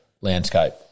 landscape